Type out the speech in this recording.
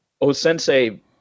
O-Sensei